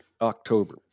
October